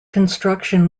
construction